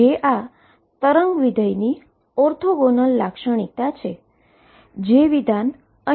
જે આ વેવ ફંક્શનની ઓર્થોગોનલઓર્થોગોનલ લાક્ષણિકતા છે જે વિધાન અહી સંતુષ્ટ થશે